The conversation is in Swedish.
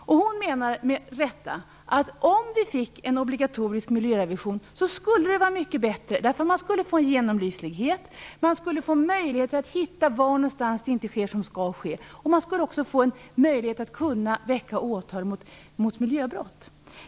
Hon menar med rätta att det skulle vara mycket bra om vi fick en obligatorisk miljörevision. Man skulle få en genomlyslighet, man skulle få möjlighet att hitta var någonstans det inte sker som skall ske, och man skulle få en möjlighet att väcka åtal mot miljöbrott.